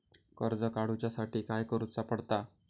कर्ज काडूच्या साठी काय करुचा पडता?